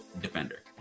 defender